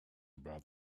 about